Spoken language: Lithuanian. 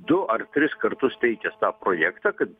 du ar tris kartus teikęs tą projektą kad